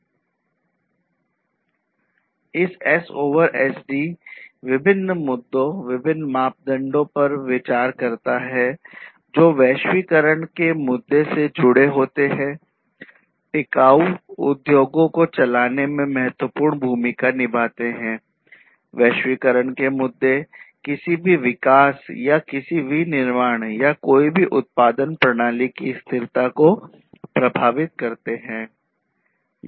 इस S over SD विभिन्न मुद्दों विभिन्न मापदंडों पर विचार करता है जो वैश्वीकरण के मुद्दे से जुड़े होते हैं टिकाऊ उद्योगों को चलाने में महत्वपूर्ण भूमिका निभाते हैं वैश्वीकरण के मुद्दे किसी भी विकास या किसी विनिर्माण या कोई भी उत्पादन प्रणाली की स्थिरता को प्रभावित करते हैं